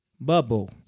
bubble